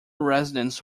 residents